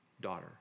daughter